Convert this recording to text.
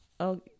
okay